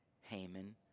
Haman